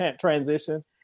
transition